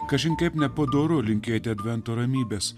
kažin kaip nepadoru linkėti advento ramybės